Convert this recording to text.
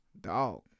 Dog